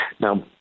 Now